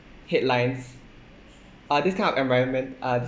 headlines err these kind of environment err